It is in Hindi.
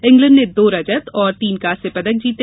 इंग्लैंड ने दो रजत और तीन कांस्य पदक जीते